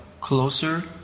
closer